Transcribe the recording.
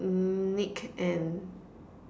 Nick and